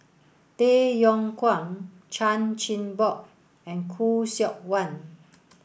Tay Yong Kwang Chan Chin Bock and Khoo Seok Wan